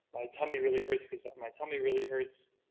my tummy really hurts, because my tummy really hurts.